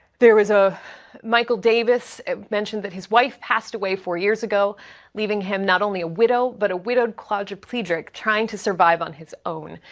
there is a michael davis mentioned that his wife passed away four years ago leaving him not only a widow, but a widowed quadriplegic trying to survive on his own.